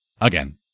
again